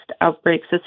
outbreaks